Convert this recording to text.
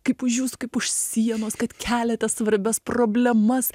kaip už jūsų kaip už sienos kad keliate svarbias problemas